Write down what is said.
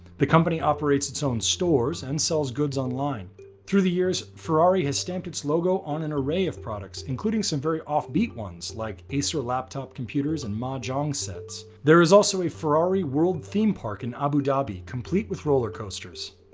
the company operates its own stores and sells goods online through the years. ferrari has stamped its logo on an array of products, including some very offbeat ones like acer, laptop computers and mahjong sets. there is also a ferrari world theme park in abu dhabi, complete with roller coasters.